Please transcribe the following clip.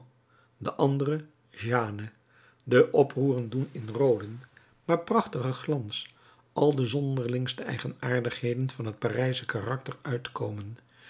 de andere jeanne de oproeren doen in rooden maar prachtigen glans al de zonderlingste eigenaardigheden van het parijsche karakter uitkomen